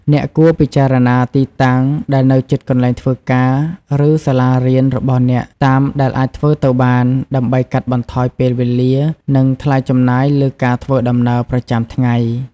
អ្នកគួរពិចារណាទីតាំងដែលនៅជិតកន្លែងធ្វើការ ឬសាលារៀនរបស់អ្នកតាមដែលអាចធ្វើទៅបាន ដើម្បីកាត់បន្ថយពេលវេលា និងថ្លៃចំណាយលើការធ្វើដំណើរប្រចាំថ្ងៃ។